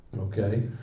Okay